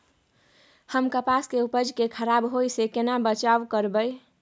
हम कपास के उपज के खराब होय से केना बचाव करबै?